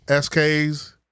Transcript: SK's